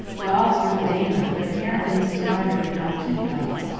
dogs were the danger, but apparently mrs. rider did not keep dogs,